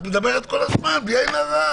את מדברת כל הזמן, בלי עין הרע.